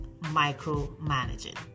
micromanaging